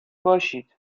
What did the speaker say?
باشید